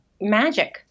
magic